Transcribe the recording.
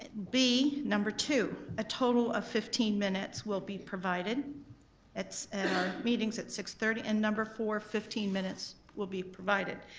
b, number two, a total of fifteen minutes will be provided at our meetings at six thirty and number four, fifteen minutes will be provided.